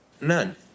None